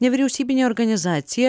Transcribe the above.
nevyriausybinė organizacija